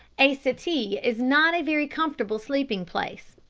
a settee is not a very comfortable sleeping place,